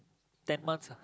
ten months ah